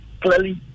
clearly